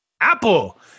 Apple